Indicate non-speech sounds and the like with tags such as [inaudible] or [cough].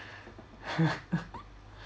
[laughs]